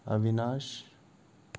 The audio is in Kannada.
ಅವಿನಾಶ್